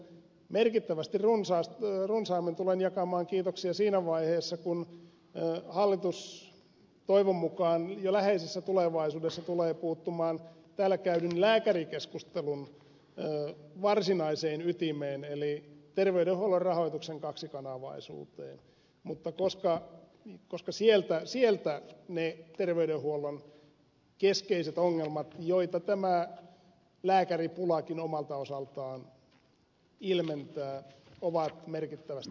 merkittävästi runsaammin tulen jakamaan kiitoksia siinä vaiheessa kun hallitus toivon mukaan ja läheisessä tulevaisuudessa tulee puuttumaan täällä käydyn lääkärikeskustelun varsinaiseen ytimeen eli terveydenhuollon rahoituksen kaksikanavaisuuteen koska sieltä ne terveydenhuollon keskeiset ongelmat joita tämä lääkäripulakin omalta osaltaan ilmentää ovat merkittävästi peräisin